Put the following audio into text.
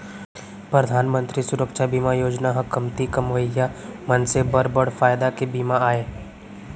परधान मंतरी सुरक्छा बीमा योजना ह कमती कमवइया मनसे बर बड़ फायदा के बीमा आय